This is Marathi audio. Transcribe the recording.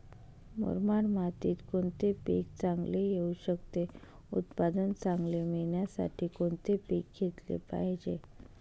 मुरमाड मातीत कोणते पीक चांगले येऊ शकते? उत्पादन चांगले मिळण्यासाठी कोणते पीक घेतले पाहिजे?